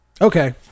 Okay